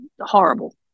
horrible